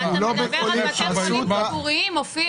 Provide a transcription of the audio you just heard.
אבל אתה מדבר על בתי חולים ציבוריים, אופיר.